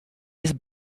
his